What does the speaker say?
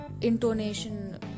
intonation